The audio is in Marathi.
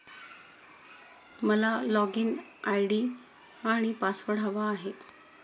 मला लॉगइन आय.डी आणि पासवर्ड हवा आहे